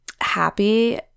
happy